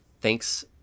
thanks